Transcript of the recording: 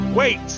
Wait